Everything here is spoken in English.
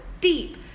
deep